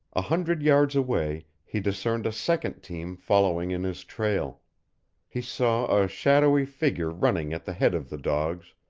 a hundred yards away he discerned a second team following in his trail he saw a shadowy figure running at the head of the dogs,